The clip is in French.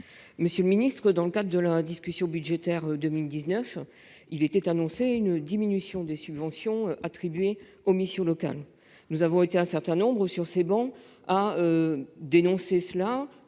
Monsieur le ministre, dans le cadre de la discussion budgétaire pour 2019, on nous avait annoncé une diminution des subventions attribuées aux missions locales. Nous avons été un certain nombre, sur ces travées, à dénoncer cette